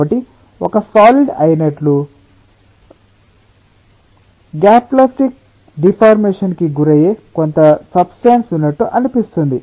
కాబట్టి ఒక సాలిడ్ అయినట్లుగా ప్లాస్టిక్ డిఫార్మేషన్ కి గురయ్యే కొంత సబ్స్టేన్స్ ఉన్నట్లు అనిపిస్తుంది